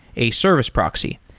a service proxy.